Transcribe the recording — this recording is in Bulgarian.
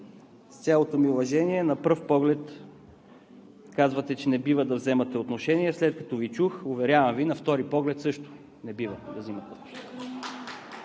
с цялото ми уважение – на пръв поглед казвате, че не бива да вземате отношение, а след като Ви чух, уверявам Ви, на втори поглед също не бива да вземате.